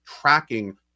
tracking